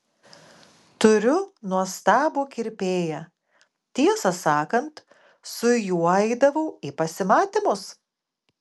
turiu nuostabų kirpėją tiesą sakant su juo eidavau į pasimatymus